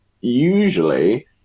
Usually